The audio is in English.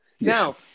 now